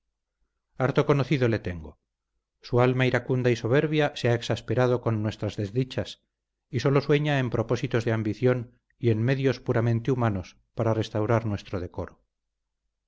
harto conocido le tengo su alma iracunda y soberbia se ha exasperado con nuestras desdichas y sólo sueña en propósitos de ambición y en medios puramente humanos para restaurar nuestro decoro